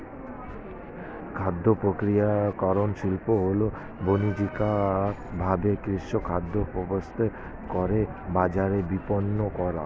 খাদ্যপ্রক্রিয়াকরণ শিল্প হল বানিজ্যিকভাবে কৃষিখাদ্যকে প্রস্তুত করে বাজারে বিপণন করা